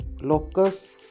locus